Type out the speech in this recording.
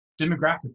demographically